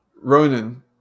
Ronan